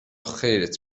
خیرت